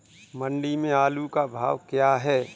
मंडी में आलू का भाव क्या है?